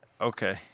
Okay